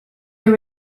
your